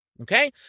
Okay